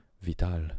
Vital